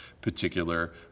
particular